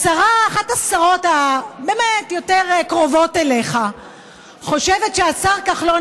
אחת השרות הבאמת-יותר קרובות אליך חושבת שהשר כחלון